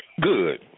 Good